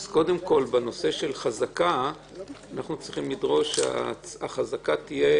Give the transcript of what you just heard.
אז קודם כול בנושא של חזקה אנחנו צריכים לדרוש שהחזקה תהיה